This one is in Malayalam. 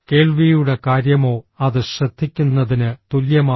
കേൾവിയുടെ കാര്യമോ അത് ശ്രദ്ധിക്കു ന്നതിന് തുല്യമാണോ